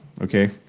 okay